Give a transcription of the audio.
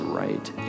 right